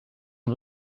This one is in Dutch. een